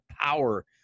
power